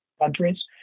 countries